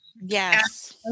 Yes